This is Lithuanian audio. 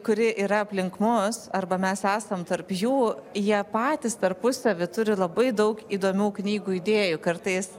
kuri yra aplink mus arba mes esam tarp jų jie patys tarpusavy turi labai daug įdomių knygų idėjų kartais